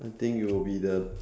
I think it will be the